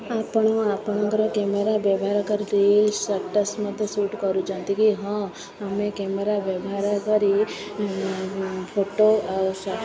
ଆପଣ ଆପଣଙ୍କର କ୍ୟାମେରା ବ୍ୟବହାର କରିିକି ମତେ ସୁଟ୍ କରୁଛନ୍ତି କି ହଁ ଆମେ କ୍ୟାମେରା ବ୍ୟବହାର କରି ଫଟୋ ଆଉ